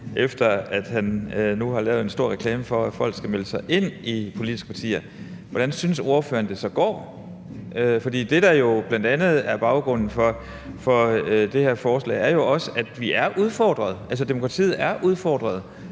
efter at han nu har lavet en stor reklame for, at folk skal melde sig ind i politiske partier, er, hvordan ordføreren så synes det går. For det, der jo bl.a. er baggrunden for det her forslag, er jo også, at vi er udfordret, altså at demokratiet er udfordret,